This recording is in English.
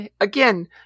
Again